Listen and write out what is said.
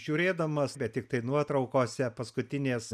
žiūrėdamas bet tiktai nuotraukose paskutinės